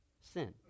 sin